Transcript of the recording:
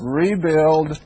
rebuild